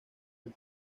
del